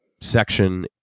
section